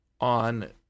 on